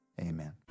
amen